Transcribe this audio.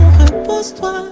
repose-toi